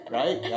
right